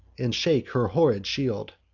and shake her horrid shield.